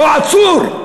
לא עצור?